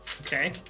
Okay